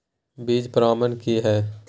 बीज प्रमाणन की हैय?